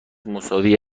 مساوی